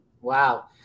Wow